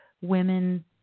women